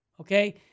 okay